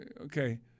Okay